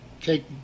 take